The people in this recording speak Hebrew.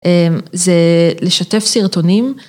זה לשתף סרטונים.